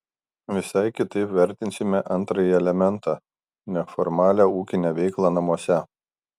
visai kitaip vertinsime antrąjį elementą neformalią ūkinę veiklą namuose